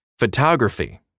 Photography